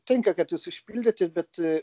tinka kad jas užpildyti bet